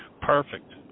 Perfect